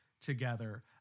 together